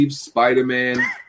Spider-Man